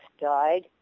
died